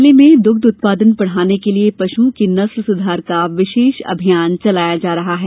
जिले में दुग्ध उत्पादन बढ़ाने के लिये पशुओं के नस्ल सुधार का विशेष अभियान चलाया जा रहा है